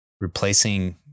replacing